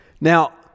Now